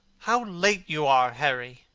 how late you are, harry!